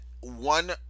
one